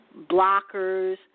blockers